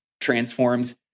transforms